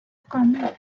comic